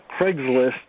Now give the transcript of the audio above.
Craigslist